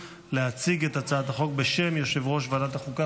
להציג את הצעת החוק בשם יושב-ראש ועדת החוקה,